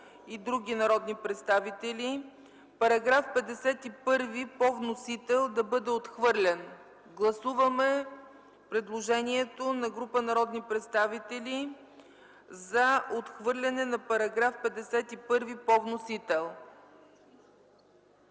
§ 51 по вносител да бъде отхвърлен. Гласуваме предложението на група народни представители за отхвърляне на § 51 – по вносител.